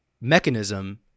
mechanism